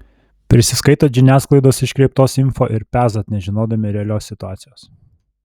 prisiskaitot žiniasklaidos iškreiptos info ir pezat nežinodami realios situacijos